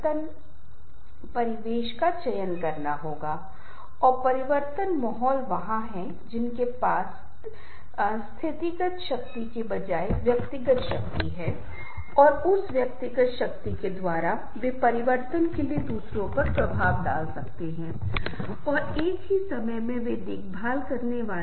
यह कहा जाता है कि स्व प्रकटीकरण पारस्परिक है इसका मतलब है अगर मैं अपनी व्यक्तिगत समस्या के बारे में अपने बारे में कुछ खुलासा करता हूं तो किसी के साथ मेरे व्यक्तिगत रहस्य के बारे में यह उम्मीद की जाती है कि अन्य व्यक्ति अन्य साथी भी उसी बात का खुलासा करेंगे जो व्यक्तिगत मुद्दों व्यक्तिगत समस्याओं परिवार के बारे में गुप्त चीजों के बारे में यह बहुत महत्वपूर्ण है